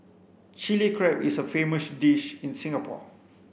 Chilli Crab is a famous dish in Singapore